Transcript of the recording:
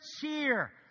cheer